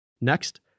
Next